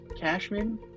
Cashman